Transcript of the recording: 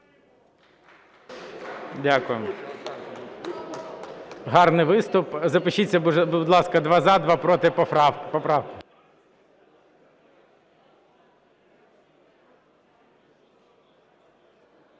Дякую. Гарний виступ. Запишіться, будь ласка: два – за, два – проти, по